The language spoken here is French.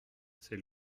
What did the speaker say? c’est